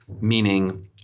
meaning